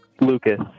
Lucas